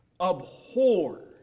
Abhor